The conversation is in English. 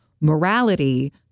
morality